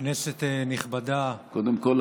כנסת נכבדה --- קודם כול,